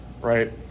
right